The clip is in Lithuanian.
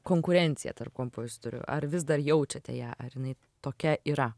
konkurencija tarp kompozitorių ar vis dar jaučiate ją ar jinai tokia yra